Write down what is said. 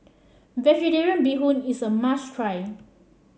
vegetarian Bee Hoon is a must try